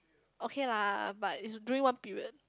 okay lah but it's during one period